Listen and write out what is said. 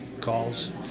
calls